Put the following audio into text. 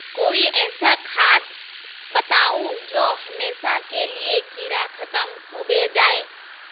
कोई ऐसा खाद बताउ जो हमेशा के लिए कीड़ा खतम होबे जाए?